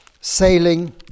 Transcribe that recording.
sailing